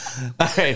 Okay